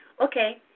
Okay